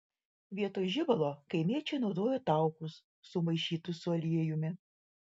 vietoj žibalo kaimiečiai naudojo taukus sumaišytus su aliejumi